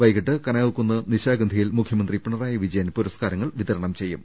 വൈകീട്ട് കനകക്കുന്ന് നിശാഗന്ധിയിൽ മുഖ്യമന്ത്രി പിണറായി വിജ യൻ പുരസ്കാരങ്ങൾ വിതരണം ചെയ്യും